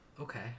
Okay